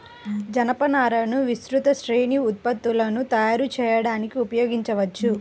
జనపనారను విస్తృత శ్రేణి ఉత్పత్తులను తయారు చేయడానికి ఉపయోగించవచ్చు